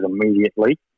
immediately